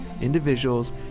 individuals